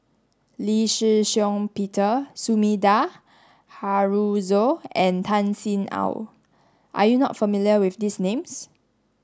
Lee Shih Shiong Peter Sumida Haruzo and Tan Sin Aun are you not familiar with these names